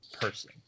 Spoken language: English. person